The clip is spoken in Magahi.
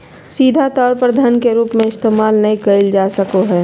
सीधा तौर पर धन के रूप में इस्तेमाल नय कइल जा सको हइ